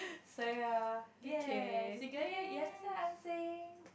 so ya ya you get it you understand I'm saying